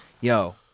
yo